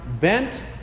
bent